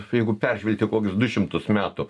jeigu peržvelgti kokius du šimtus metų